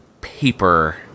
paper